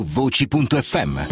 voci.fm